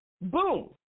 Boom